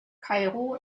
kairo